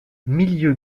milieu